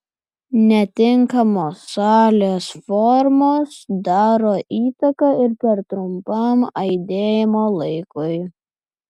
netinkamos salės formos daro įtaką ir per trumpam aidėjimo laikui